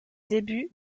début